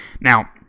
Now